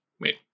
Wait